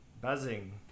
buzzing